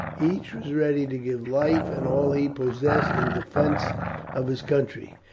each was ready to give life and all he possessed in defence of his country.